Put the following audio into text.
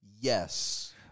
yes